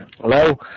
Hello